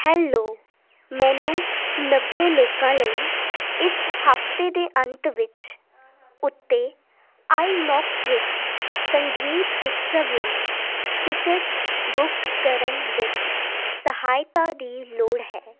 hello ਮੈਨੂੰ ਨੱਬੇ ਲੋਕਾਂ ਲਈ ਇਸ ਹਫਤੇ ਦੇ ਅੰਤ ਵਿੱਚ ਉੱਤੇ ਆਈਨੌਕਸ ਵਿੱਚ ਸੰਗੀਤ ਉਤਸਵ ਲਈ ਟਿਕਟ ਬੁੱਕ ਕਰਨ ਵਿੱਚ ਸਹਾਇਤਾ ਦੀ ਲੋੜ ਹੈ